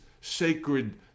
sacred